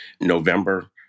November